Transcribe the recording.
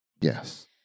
Yes